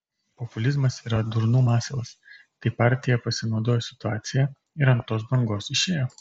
populizmas yra durnų masalas tai partija pasinaudojo situacija ir ant tos bangos išėjo